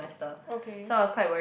okay